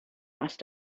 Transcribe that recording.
must